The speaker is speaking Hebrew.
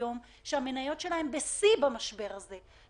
שהמניות שלהן בשיא במשבר הזה,